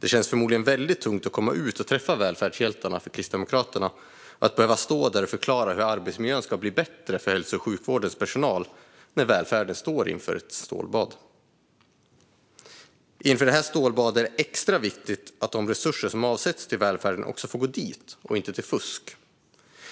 Det känns förmodligen tungt för Kristdemokraterna att komma ut och träffa välfärdshjältarna och att behöva stå där och förklara hur arbetsmiljön ska bli bättre för hälso och sjukvårdens personal när välfärden står inför ett stålbad. Inför det stålbadet är det extra viktigt att se till att de resurser som avsätts till välfärden också får gå dit och inte till fusk.